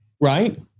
right